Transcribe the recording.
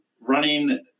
running